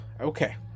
Okay